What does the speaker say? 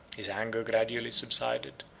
his anger gradually subsided,